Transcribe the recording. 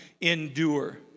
endure